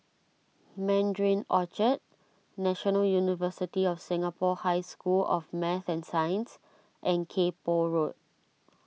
Mandarin Orchard National University of Singapore High School of Math and Science and Kay Poh Road